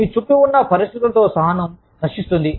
మీ చుట్టూ ఉన్న పరిస్థితుల తో సహనం నశిస్తుంది